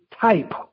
type